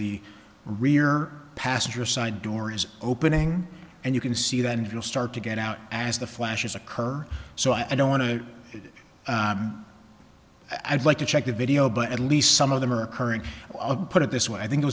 the rear passenger side door is opening and you can see then you'll start to get out as the flashes occur so i don't want to i would like to check the video but at least some of them are occurring i'll put it this way i think it